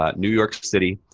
ah new york city,